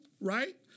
right